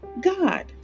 God